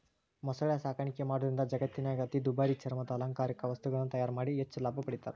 ಮೊಸಳೆ ಸಾಕಾಣಿಕೆ ಮಾಡೋದ್ರಿಂದ ಜಗತ್ತಿನ್ಯಾಗ ಅತಿ ದುಬಾರಿ ಚರ್ಮದ ಅಲಂಕಾರಿಕ ವಸ್ತುಗಳನ್ನ ತಯಾರ್ ಮಾಡಿ ಹೆಚ್ಚ್ ಲಾಭ ಪಡಿತಾರ